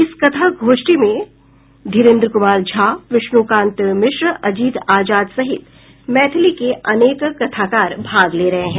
इस कथागोष्ठी में धीरेन्द्र कुमार झा विष्णुकांत मिश्र अजित आजाद सहित मैथिली के अनेक कथाकार भाग ले रहे हैं